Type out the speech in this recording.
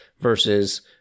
versus